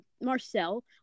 Marcel